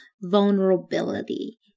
vulnerability